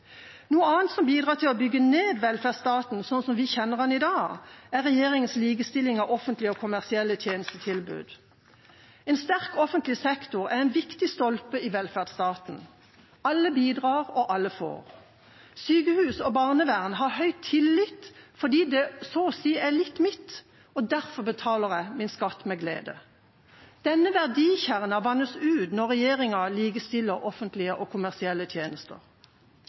Noe annet som bidrar til å bygge ned velferdsstaten slik vi kjenner den i dag, er regjeringas likestilling av offentlige og kommersielle tjenestetilbud. En sterk offentlig sektor er en viktig stolpe i velferdsstaten. Alle bidrar, og alle får. Sykehus og barnevern har høy tillit fordi det så å si er litt mitt, og derfor betaler jeg min skatt med glede. Denne verdikjernen vannes ut når regjeringa likestiller offentlige og kommersielle tjenester.